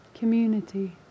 Community